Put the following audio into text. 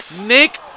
Nick